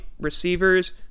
receivers